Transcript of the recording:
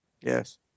Yes